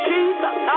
Jesus